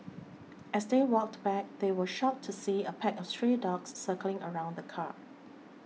as they walked back they were shocked to see a pack of stray dogs circling around the car